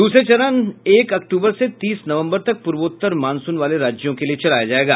द्रसरा चरण एक अक्तूबर से तीस नवम्बर तक पूर्वोत्त्र मानसून वाले राज्यों के लिए चलाया जाएगा